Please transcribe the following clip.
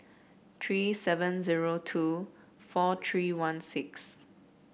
three seven zero two four three one six